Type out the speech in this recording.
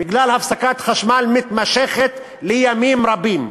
בגלל הפסקת חשמל מתמשכת ימים רבים.